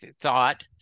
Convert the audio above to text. thought